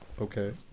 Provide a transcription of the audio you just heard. okay